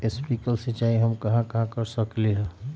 Sprinkle सिंचाई हम कहाँ कहाँ कर सकली ह?